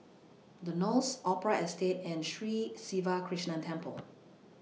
The Knolls Opera Estate and Sri Siva Krishna Temple